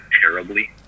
terribly